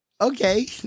Okay